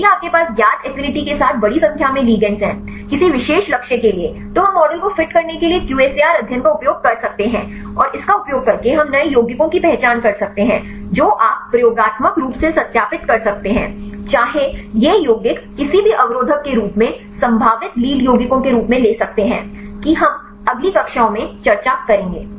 यदि आपके पास ज्ञात एफिनिटी के साथ बड़ी संख्या में लिगेंड हैं किसी विशेष लक्ष्य के लिए तो हम मॉडल को फिट करने के लिए QSAR अध्ययन का उपयोग कर सकते हैं और इसका उपयोग करके हम नए यौगिकों की पहचान कर सकते हैं जो आप प्रयोगात्मक रूप से सत्यापित कर सकते हैं चाहे ये यौगिक किसी भी अवरोधक के रूप में संभावित लीड यौगिकों के रूप में ले सकते हैं कि हम अगली कक्षाओं में चर्चा करेंगे